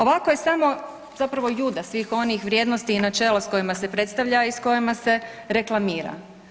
Ovako je samo zapravo Juda svih onih vrijednosti i načela s kojima se predstavlja i s kojima se reklamira.